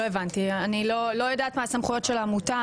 אני לא יודעת מה הסמכויות של העמותה,